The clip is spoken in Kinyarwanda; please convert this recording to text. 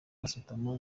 gasutamo